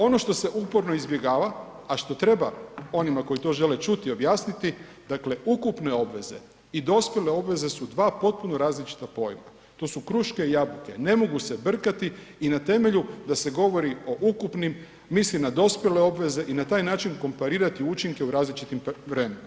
Ono što se uporno izbjegava, a što treba onima koji to žele čuti objasniti dakle ukupne obveze i dospjele obveze su dva potpuno različita pojma, to su kruške i jabuke, ne mogu se brkati i na temelju da se govori o ukupnim, misli na dospjele obveze i na taj način komparirati učinke u različitom vremenu.